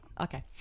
Okay